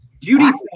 Judy